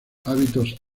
hábitos